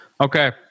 Okay